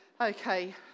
Okay